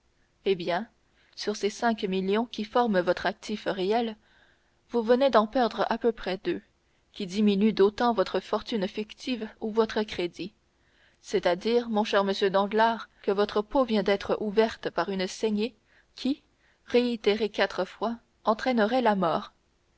eh bien sur ces cinq millions qui forment votre actif réel vous venez d'en perdre à peu près deux qui diminuent d'autant votre fortune fictive ou votre crédit c'est-à-dire mon cher monsieur danglars que votre peau vient d'être ouverte par une saignée qui réitérée quatre fois entraînerait la mort